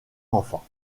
enfants